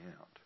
out